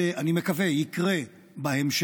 אני מקווה שזה יקרה בהמשך.